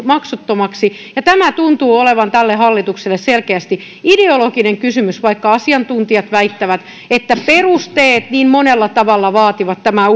maksuttomaksi ja tämä tuntuu olevan tälle hallitukselle selkeästi ideologinen kysymys vaikka asiantuntijat väittävät että perusteet niin monella tavalla vaativat tämän